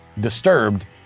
disturbed